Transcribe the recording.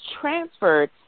transferred